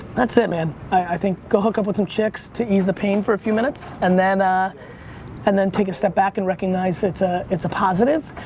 that's it man. i think, go hook up with some chicks to ease the pain for a few minutes, and then ah and then take a step back and recognize it's ah it's a positive,